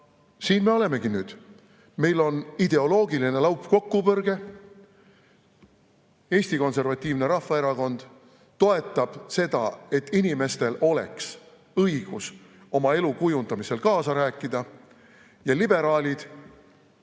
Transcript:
siin me olemegi nüüd. Meil on ideoloogiline laupkokkupõrge. Eesti Konservatiivne Rahvaerakond toetab seda, et inimestel oleks õigus oma elu kujundamisel kaasa rääkida, ja liberaalid